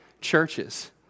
churches